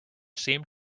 seemed